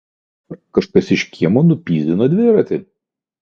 vakar kažkas iš kiemo nupyzdino dviratį